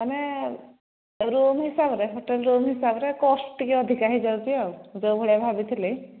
ମାନେ ରୁମ୍ ହିସାବରେ hotel room ହିସାବରେ କଷ୍ଟ ଟିକେ ଅଧିକା ହୋଇଯାଉଛିି ଆଉ ଯୋଉ ଭଳିଆ ଭାବିଥିଲି